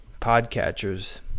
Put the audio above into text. podcatchers